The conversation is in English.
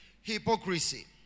hypocrisy